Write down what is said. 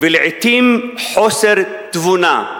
ולעתים חוסר תבונה".